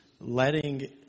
Letting